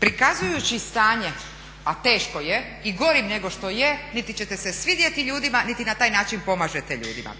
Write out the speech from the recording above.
prikazujući stanje, a teško je i gorim nego što je niti ćete se svidjeti ljudima, niti na taj način pomažete ljudima.